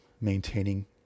maintaining